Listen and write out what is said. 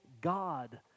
God